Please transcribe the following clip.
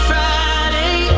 Friday